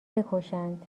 بکشند